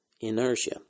inertia